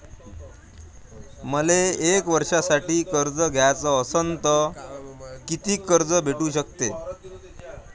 मले एक वर्षासाठी कर्ज घ्याचं असनं त कितीक कर्ज भेटू शकते?